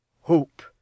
Hope